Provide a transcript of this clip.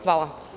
Hvala.